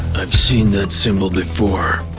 i've seen that symbol before.